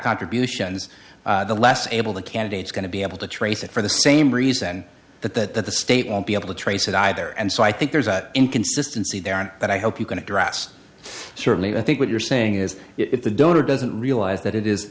contributions the less able to candidates going to be able to trace it for the same reason that that that the state won't be able to trace it either and so i think there's an inconsistency there aren't but i hope you can address certainly i think what you're saying is if the donor doesn't realize that it is